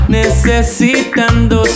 necesitando